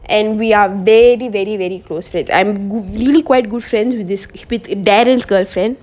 and we are very very very close friends I'm really quite good friends with this darren's girlfriend